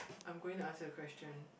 I'm going to ask you a question